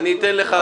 אני אתן לך לדבר.